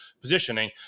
positioning